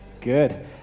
Good